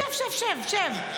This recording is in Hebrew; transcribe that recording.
שב, שב, שב.